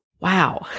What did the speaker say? wow